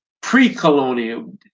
pre-colonial